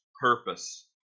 purpose